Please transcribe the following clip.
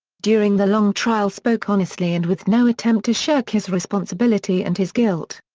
during the long trial spoke honestly and with no attempt to shirk his responsibility and his guilt.